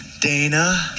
Dana